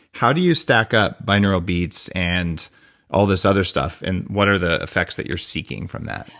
how do you stack up binaural beats and all this other stuff and what are the effects that you're seeking from that?